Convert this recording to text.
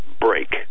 break